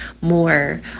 more